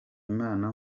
imana